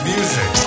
Music